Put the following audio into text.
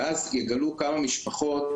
ואז יגלו כמה משפחות,